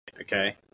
Okay